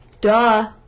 duh